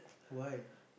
why